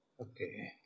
Okay